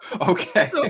okay